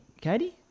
Katie